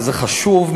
וזה חשוב,